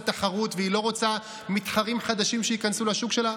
תחרות והיא לא רוצה מתחרים חדשים שייכנסו לשוק שלה.